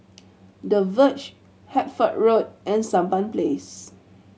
The Verge Hertford Road and Sampan Place